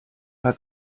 war